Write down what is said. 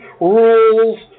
Rules